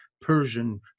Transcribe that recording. Persian